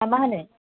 ना मा होनो